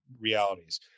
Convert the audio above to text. realities